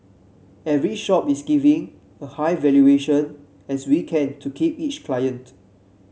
every shop is giving a high valuation as we can to keep each client